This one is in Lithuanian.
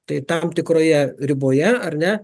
tai tam tikroje riboje ar ne